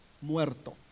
muerto